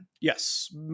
Yes